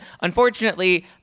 unfortunately